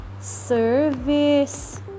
service